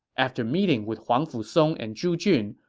after meeting with huangfu song and zhu jun,